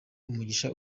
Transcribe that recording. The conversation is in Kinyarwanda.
umugisha